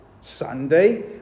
Sunday